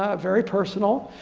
ah very personal.